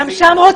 אף פעם.